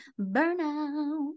burnout